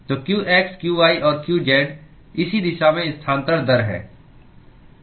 तो qx qy और qz इसी दिशा में स्थानांतरण दर हैं ठीक है